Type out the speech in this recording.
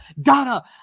Donna